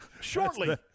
Shortly